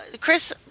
Chris